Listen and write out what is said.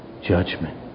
Judgment